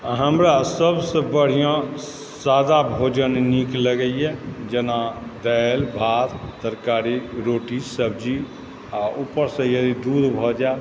हमरा सबसँ बढ़िआँ सादा भोजन नीक लगैए जेना दालि भात तरकारी रोटी सब्जी आ ऊपरसँ यदि दूध भऽ जै